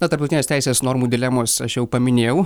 na tarptautinės teisės normų dilemos aš jau paminėjau